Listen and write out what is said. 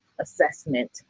assessment